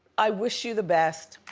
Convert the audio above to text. i wish you the best.